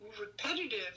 repetitive